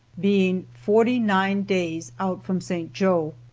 being forty-nine days out from st. joe.